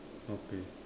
okay